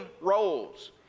roles